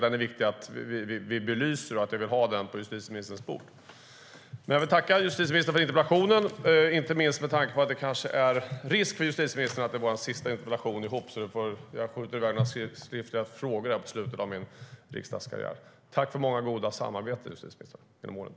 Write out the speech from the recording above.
Det är viktigt att vi belyser frågan och att den läggs på justitieministerns bord.